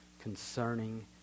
concerning